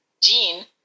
gene